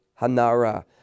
Hanara